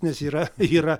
nes yra yra